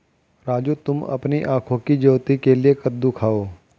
राजू तुम आंखों की ज्योति के लिए कद्दू खाओ